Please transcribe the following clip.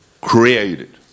created